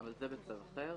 זה צו אחר.